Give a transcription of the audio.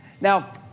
Now